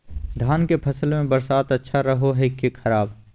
धान के फसल में बरसात अच्छा रहो है कि खराब?